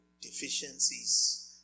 deficiencies